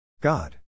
God